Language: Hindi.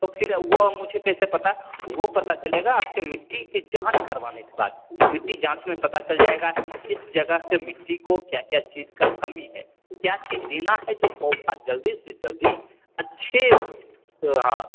तो फिर वो मुझे कैसे पता वो पता चलेगा आपके मिट्टी की जांच करवाने के बाद तो मिट्टी जांच में पता चल जाएगा कि इस जगह के मिट्टी को क्या क्या चीज का कमी है क्या चीज देना है जो पौधा जल्दी से जल्दी अच्छे हाँ